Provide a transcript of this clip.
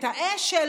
את האש"ל,